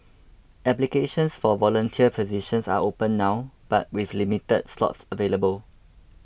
applications for volunteer positions are open now but with limited slots available